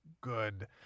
good